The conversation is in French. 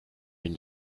une